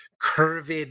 curved